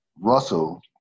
Russell